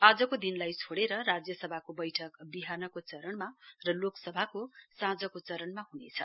आजको दिनलाई छोड़ेर बाहेक राज्यसभाको वैठक विहानको चरणमा र लोकसभाको साँझको चरणमा हुनेछ